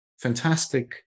fantastic